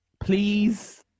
please